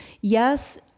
Yes